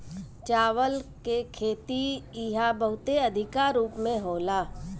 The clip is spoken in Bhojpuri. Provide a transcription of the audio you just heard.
चावल के खेती इहा बहुते अधिका रूप में होला